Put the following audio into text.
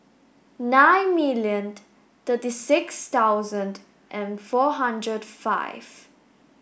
ninety million thirty six thousand and four hundred five